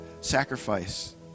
sacrifice